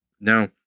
Now